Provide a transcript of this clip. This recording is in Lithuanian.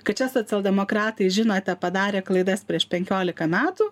kad čia socialdemokratai žinote padarė klaidas prieš penkiolika metų